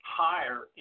higher